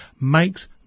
makes